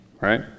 right